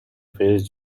face